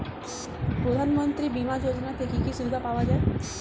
প্রধানমন্ত্রী বিমা যোজনাতে কি কি সুবিধা পাওয়া যায়?